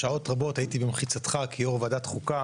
שעות רבות הייתי במחיצתך כיו"ר ועדת חוקה